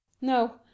no